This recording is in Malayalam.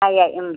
ആയി ആയി